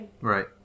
Right